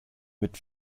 mit